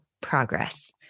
progress